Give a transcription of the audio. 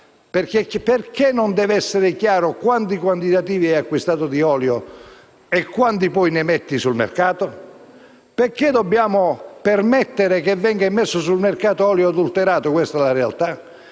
Perché non devono essere chiari i quantitativi di olio acquistati e quelli immessi sul mercato? Perché dobbiamo permettere che venga immesso sul mercato olio adulterato? Questa è la realtà.